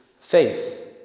faith